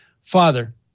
Father